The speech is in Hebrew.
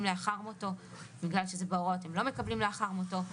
לאחר מותו ובגלל שזה בהוראות הם לא מקבלים לאחר מותו,